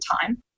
time